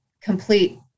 complete